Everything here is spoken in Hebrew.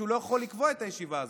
שהוא לא יכול לקבוע את הישיבה הזאת.